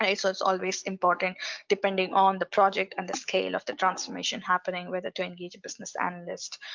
and it's it's always important depending on the project and the scale of the transformation happening whether to engage a business analyst.